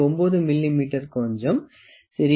9 மிமீ கொஞ்சம் சிறியதாக இருப்பதை நீங்கள் காணலாம்